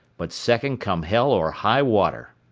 but second come hell or high water.